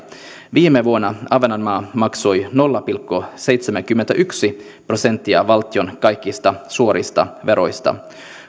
viime vuonna ahvenanmaa maksoi nolla pilkku seitsemänkymmentäyksi prosenttia valtion kaikista suorista veroista